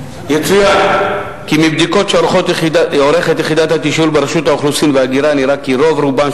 צריך לבצע שינויים מאוד מרחיקי לכת בתרבות ובתרבות של